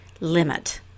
limit